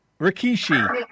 Rikishi